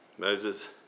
Moses